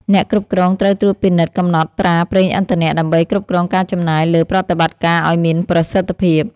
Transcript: អ្នកគ្រប់គ្រងត្រូវត្រួតពិនិត្យកំណត់ត្រាប្រេងឥន្ធនៈ ដើម្បីគ្រប់គ្រងការចំណាយលើប្រតិបត្តិការឱ្យមានប្រសិទ្ធភាព។